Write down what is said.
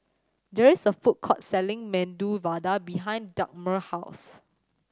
there is a food court selling Medu Vada behind Dagmar house